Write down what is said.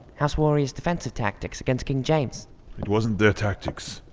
house warriors' defensive tactics against king james it wasn't their tactics.